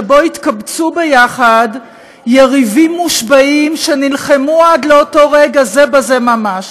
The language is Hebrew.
שבו התקבצו יחד יריבים מושבעים שנלחמו עד אותו רגע זה בזה ממש.